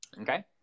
Okay